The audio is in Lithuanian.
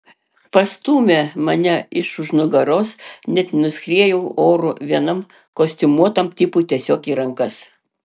pastūmė mane iš už nugaros net nuskriejau oru vienam kostiumuotam tipui tiesiog į rankas